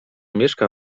mieszka